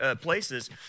places